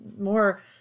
more